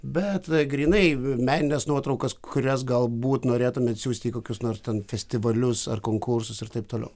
bet grynai menines nuotraukas kurias galbūt norėtumėt siųsti į kokius nors ten festivalius ar konkursus ir taip toliau